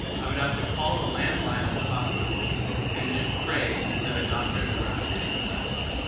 i would have to call a landline at the hospital and just pray that a doctor is around to answer that phone.